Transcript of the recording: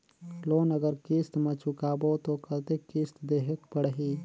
Loan अगर किस्त म चुकाबो तो कतेक किस्त देहेक पढ़ही?